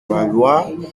valois